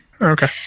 Okay